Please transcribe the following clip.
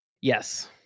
yes